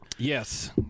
Yes